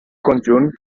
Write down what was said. conjunt